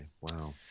wow